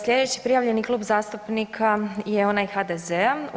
Slijedeći prijavljeni klub zastupnika je onaj HDZ-a.